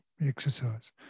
exercise